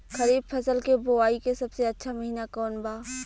खरीफ फसल के बोआई के सबसे अच्छा महिना कौन बा?